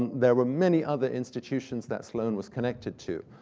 there were many other institutions that sloane was connected to.